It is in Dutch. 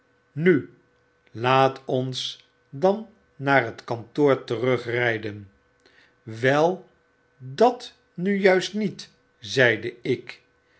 nu laat ons dan naar het kantoor terugryden wel dat nujuistniet zeideik ik